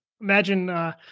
imagine